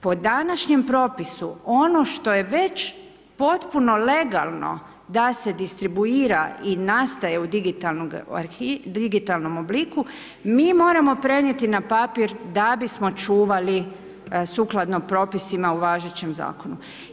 Po današnjem propisu, ono što je već potpuno legalno, da se distribuira i nastaje u digitalnom obliku, mi moramo prenijeti na papir da bismo čuvali, sukladno propisima u važećem zakonu.